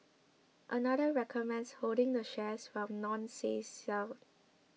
another recommends holding the shares while none says sell